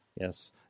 Yes